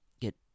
get